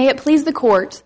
it please the court